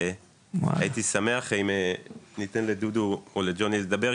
הייתי שמח אם ניתן לדודו או לג'וני לדבר,